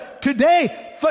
today